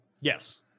Yes